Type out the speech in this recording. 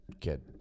kid